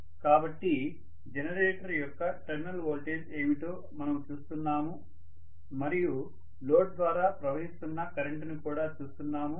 కాబట్టి జనరేటర్ యొక్క terminal voltage ఏమిటో మనము చూస్తున్నాము మరియు లోడ్ ద్వారా ప్రవహిస్తున్న కరెంటుని కూడా చూస్తున్నాము